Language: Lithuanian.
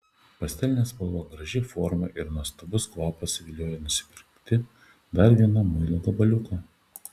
pastelinė spalva graži forma ir nuostabus kvapas vilioja nusipirkti dar vieną muilo gabaliuką